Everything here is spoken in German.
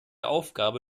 aufgabe